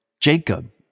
Jacob